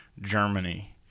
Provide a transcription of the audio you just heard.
Germany